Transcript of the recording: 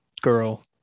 girl